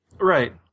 Right